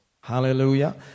Hallelujah